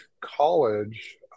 college